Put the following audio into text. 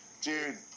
Dude